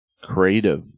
creative